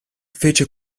fece